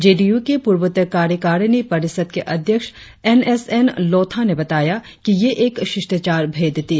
जे D U के पूर्वोत्तर कार्यकारिणी परिषद के अध्यक्ष एन एस एन लोथा ने बताया कि यह एक शिष्टाचार भेंट थी